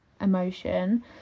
emotion